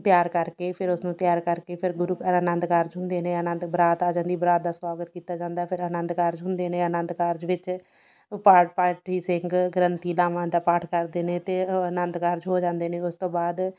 ਤਿਆਰ ਕਰਕੇ ਫਿਰ ਉਸਨੂੰ ਤਿਆਰ ਕਰਕੇ ਫਿਰ ਗੁਰੂ ਆਨੰਦ ਕਾਰਜ ਹੁੰਦੇ ਨੇ ਆਨੰਦ ਬਰਾਤ ਆ ਜਾਂਦੀ ਬਰਾਤ ਦਾ ਸਵਾਗਤ ਕੀਤਾ ਜਾਂਦਾ ਫਿਰ ਆਨੰਦ ਕਾਰਜ ਹੁੰਦੇ ਨੇ ਆਨੰਦ ਕਾਰਜ ਵਿੱਚ ਪਾ ਪਾਠੀ ਸਿੰਘ ਗ੍ਰੰਥੀ ਲਾਵਾਂ ਦਾ ਪਾਠ ਕਰਦੇ ਨੇ ਅਤੇ ਅ ਆਨੰਦ ਕਾਰਜ ਹੋ ਜਾਂਦੇ ਨੇ ਉਸ ਤੋਂ ਬਾਅਦ